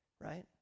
Right